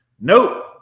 Nope